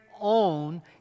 own